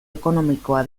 ekonomikoa